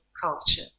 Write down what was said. culture